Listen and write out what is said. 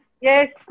Yes